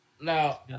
now